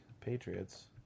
Patriots